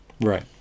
Right